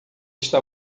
está